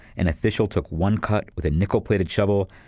an official took one cut with a nickel-plated shovel,